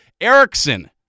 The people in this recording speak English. Erickson